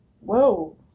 whoa